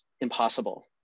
impossible